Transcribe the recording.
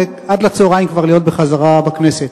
ועד לצהריים כבר להיות בחזרה בכנסת.